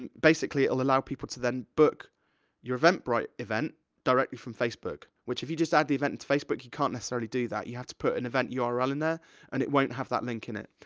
and basically, it'll allow people to then book your eventbrite event directly from facebook. which, if you just add the event into facebook, you can't necessarily do that. you have to put an event url in there and it won't have that link in it.